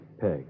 Peg